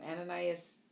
Ananias